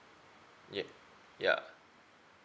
yup ya